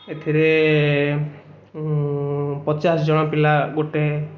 ଏଥିରେ ପଚାଶ ଜଣ ପିଲା ଗୋଟେ